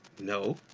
No